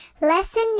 lesson